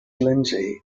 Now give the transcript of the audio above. lindsay